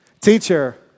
Teacher